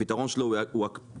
הפתרון שלו הוא הקפאה,